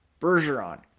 Bergeron